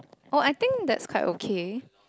oh I think that's quite okay